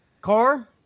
Car